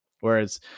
Whereas